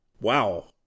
Wow